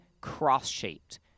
cross-shaped